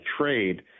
trade